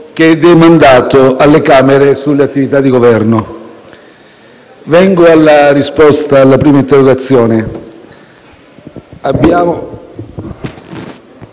che è demandato alle Camere sulle attività di Governo. Vengo alla risposta alla prima interrogazione. Abbiamo